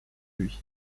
lui